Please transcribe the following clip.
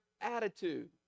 attitude